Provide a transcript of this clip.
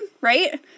Right